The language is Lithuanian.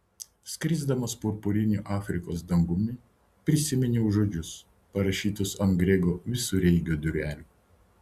skrisdamas purpuriniu afrikos dangumi prisiminiau žodžius parašytus ant grego visureigio durelių